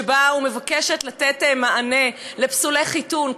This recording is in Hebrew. שמבקשת לתת מענה לפסולי חיתון.